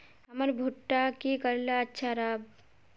हमर भुट्टा की करले अच्छा राब?